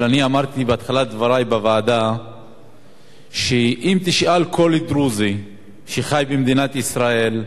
אבל אני אמרתי בתחילת דברי בוועדה שאם תשאל כל דרוזי שחי במדינת ישראל: